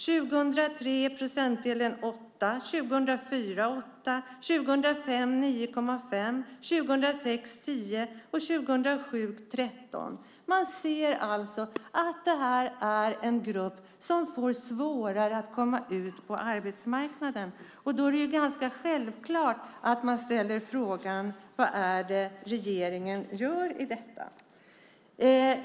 År 2003 och 2004 var andelen 8 procent, 2005 var den 9,5 procent, 2006 var den 10 procent och 2007 var den 13 procent. Man ser alltså att detta är en grupp som får svårare att komma ut på arbetsmarknaden. Då är det ganska självklart att man ställer frågan: Vad är det regeringen gör i detta?